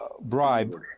bribe